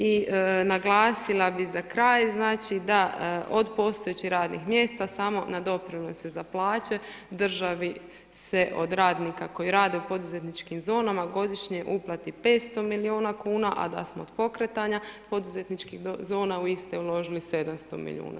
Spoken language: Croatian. I naglasila bi za kraj, znači, da od postojećih radnih mjesta samo na doprinose za plaće državi se od radnika koji rade u poduzetničkim zonama, godišnje uplati 500 milijuna kuna, a da smo od pokretanja poduzetničkih zona, vi ste uložili 700 milijuna.